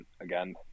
again